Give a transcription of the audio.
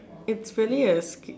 it's really a skill